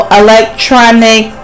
electronic